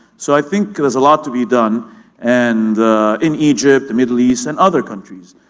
so i think there's a lot to be done and in egypt, the middle east and other countries